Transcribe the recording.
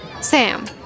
Sam